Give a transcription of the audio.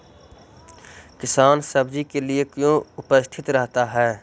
किसान सब्जी के लिए क्यों उपस्थित रहता है?